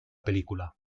película